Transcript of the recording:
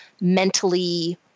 mentally